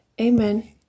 amen